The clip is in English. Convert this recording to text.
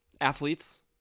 athletes